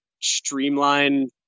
streamline